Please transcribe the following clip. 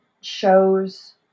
shows